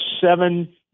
seven